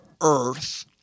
earth